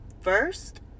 first